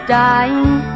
dying